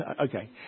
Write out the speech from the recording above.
Okay